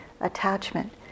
attachment